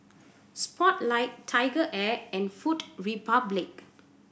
Spotlight TigerAir and Food Republic